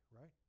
right